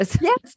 Yes